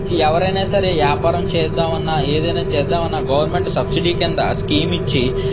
ఎవరైనా సరే వ్యాపారం చేద్దాం అన్న ఏదైనా చేద్దాం అన్న గవర్నమెంట్ సబ్సిడీ కింద స్కీమ్ ఇచ్చి